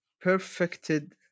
perfected